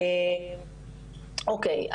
אוקיי,